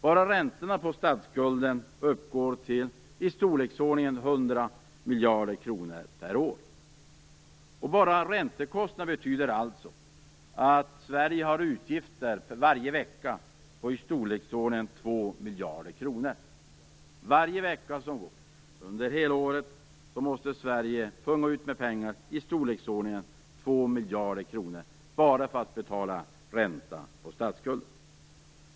Bara räntorna på statsskulden uppgår till i storleksordningen 100 miljarder kronor per år. Räntekostnaderna betyder alltså att Sverige har utgifter på i storleksordningen 2 miljarder varje vecka. Varje vecka som går måste Sverige punga ut 2 miljarder bara för att betala räntorna på statsskulden.